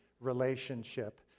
relationship